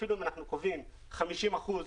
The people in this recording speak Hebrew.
אפילו אם אנחנו קובעים 50 אחוזים,